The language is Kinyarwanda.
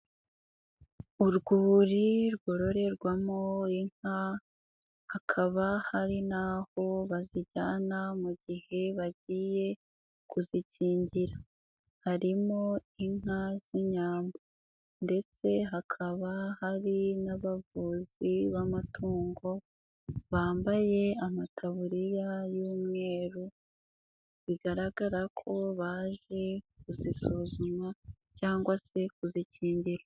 Urwuri rwororerwamo inka hakaba hari n'aho bazijyana mu gihe bagiye kuzikingira, harimo inka z'inyambo ndetse hakaba hari n'abavuzi b'amatungo bambaye amataburiya y'umweru bigaragara ko baje kuzisuzuma cyangwa se kuzikingira.